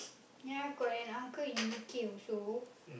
yeah got an uncle you queue so